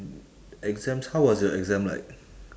exams how was your exam like